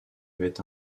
avait